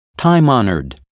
time-honored